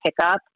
pickup